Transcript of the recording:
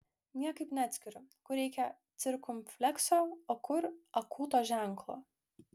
niekaip neatskiriu kur reikia cirkumflekso o kur akūto ženklo